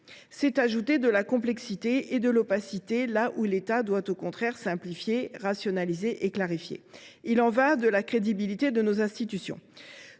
Nous ajoutons de la complexité et de l’opacité là où l’État doit, au contraire, simplifier, rationaliser et clarifier. Il y va de la crédibilité de nos institutions